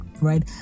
right